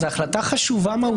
זו החלטה חשובה מאוד.